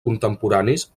contemporanis